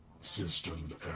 System